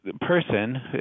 person